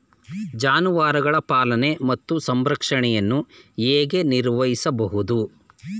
ಜಾನುವಾರುಗಳ ಪಾಲನೆ ಮತ್ತು ಸಂರಕ್ಷಣೆಯನ್ನು ಹೇಗೆ ನಿರ್ವಹಿಸಬಹುದು?